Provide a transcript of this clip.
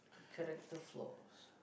character flaws